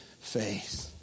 faith